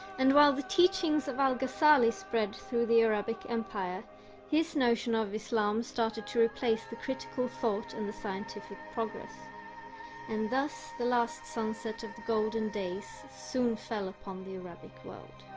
and while the teachings of al-ghazali spread through the arabic empire his notion of islam started to replace the critical thought and the scientific progress and thus the last song set of golden days soon fell upon the arabic world